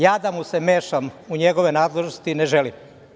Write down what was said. Ja da mu se mešam u njegove nadležnosti ne želim.